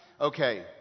Okay